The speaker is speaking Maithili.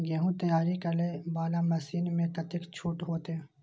गेहूं तैयारी करे वाला मशीन में कतेक छूट होते?